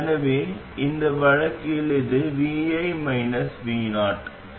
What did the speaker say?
எனவே இந்த வழக்கில் இது vi vo